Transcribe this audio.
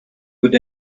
good